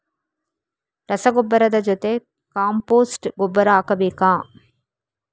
ರಸಗೊಬ್ಬರದ ಜೊತೆ ಕಾಂಪೋಸ್ಟ್ ಗೊಬ್ಬರ ಹಾಕಬೇಕಾ?